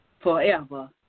forever